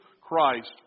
Christ